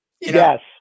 Yes